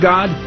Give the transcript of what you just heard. God